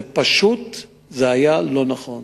זה פשוט היה לא נכון.